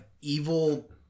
evil